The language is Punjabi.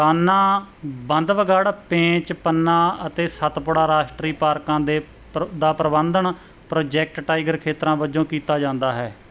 ਕਾਨ੍ਹਾ ਬੰਧਵਗੜ੍ਹ ਪੇਂਚ ਪੰਨਾ ਅਤੇ ਸਤਪੁੜਾ ਰਾਸ਼ਟਰੀ ਪਾਰਕਾਂ ਦੇ ਪ੍ਰ ਦਾ ਪ੍ਰਬੰਧਨ ਪ੍ਰੋਜੈਕਟ ਟਾਈਗਰ ਖੇਤਰਾਂ ਵਜੋਂ ਕੀਤਾ ਜਾਂਦਾ ਹੈ